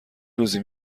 روزی